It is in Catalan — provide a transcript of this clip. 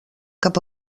cap